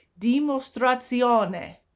dimostrazione